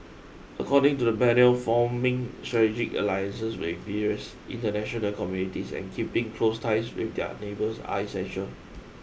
according to the panel forming strategic alliances with various international communities and keeping close ties with their neighbours are essential